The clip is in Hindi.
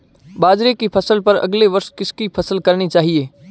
बाजरे की फसल पर अगले वर्ष किसकी फसल करनी चाहिए?